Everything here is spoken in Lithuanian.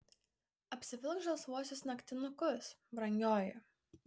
apsivilk žalsvuosius naktinukus brangioji